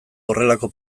horrelako